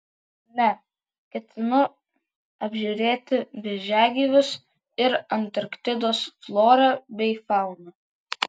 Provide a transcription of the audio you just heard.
ne ketinu apžiūrėti vėžiagyvius ir antarktidos florą bei fauną